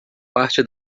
parte